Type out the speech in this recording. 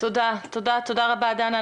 תודה רבה דנה.